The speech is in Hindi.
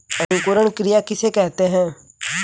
अंकुरण क्रिया किसे कहते हैं?